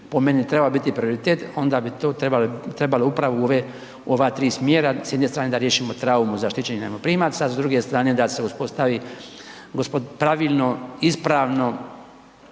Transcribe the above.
po meni treba biti prioritet onda bi to trebalo upravo u ova tri smjera, s jedne strane da riješimo traumu zaštićenih najmoprimaca, s druge strane da se uspostavi pravilno, ispravno